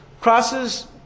Crosses